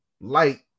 light